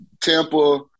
Tampa